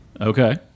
Okay